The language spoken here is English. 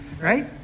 right